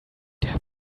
der